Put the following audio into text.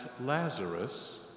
Lazarus